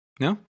No